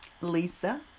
Lisa